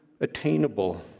attainable